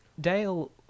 Dale